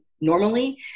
normally